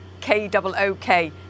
K-double-O-K